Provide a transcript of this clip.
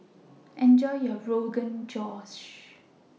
Enjoy your Rogan Josh